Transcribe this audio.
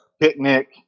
Picnic